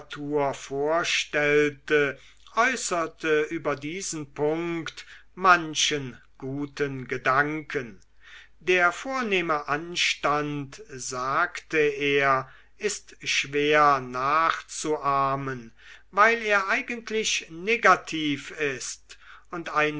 vorstellte äußerte über diesen punkt manchen guten gedanken der vornehme anstand sagte er ist schwer nachzuahmen weil er eigentlich negativ ist und eine